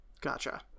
Gotcha